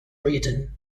britain